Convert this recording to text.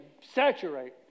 saturate